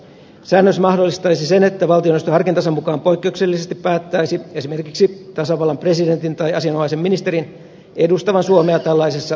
säännös mahdollistaisi sen että valtioneuvosto harkintansa mukaan poikkeuksellisesti päättäisi esimerkiksi tasavallan presidentin tai asianomaisen ministerin edustavan suomea tällaisessa kokouksessa